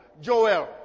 Joel